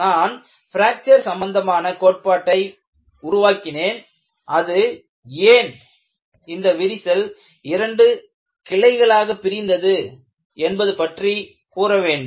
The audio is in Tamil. நான் பிராக்சர் சம்பந்தமான கோட்பாட்டை உருவாக்கினேன் அது ஏன் இந்த விரிசல் இரண்டு கிளைகளாக பிரிந்தது என்பது பற்றி கூற வேண்டும்